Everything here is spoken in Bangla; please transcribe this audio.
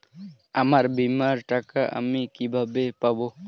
আমার বীমার টাকা আমি কিভাবে পাবো?